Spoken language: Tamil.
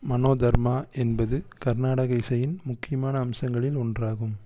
மனோதர்மா என்பது கர்நாடக இசையின் முக்கியமான அம்சங்களில் ஒன்றாகும்